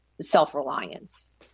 self-reliance